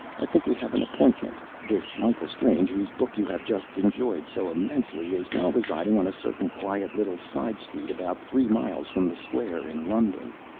i think we have an appointment. this michael strange, whose book you have just enjoyed so immensely, is now residing on a certain quiet little side street about three miles from the square, in london!